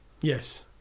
Yes